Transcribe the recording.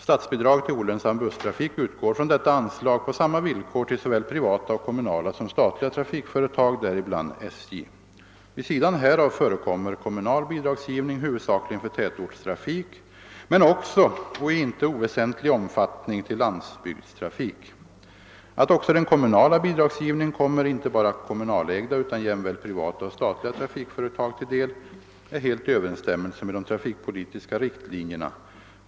Statsbidrag till olönsam busstrafik utgår från detta anslag på samma villkor till såväl privata och kommunala som statliga trafikföretag, däribland SJ. Vid sidan härav förekommer kommunal bidragsgivning huvudsakligen för tätortstrafik men också — och i inte oväsentlig omfattning — till landsbygdstrafik. Att också den kommunala bidragsgivningen kommer inte bara kommunalägda utan jämväl privata och statliga trafikföretag till del är helt i överensstämmelse med de trafikpolitiska riktlinjerna.